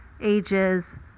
ages